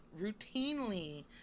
routinely